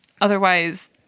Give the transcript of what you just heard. Otherwise